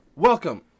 Welcome